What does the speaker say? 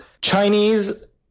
Chinese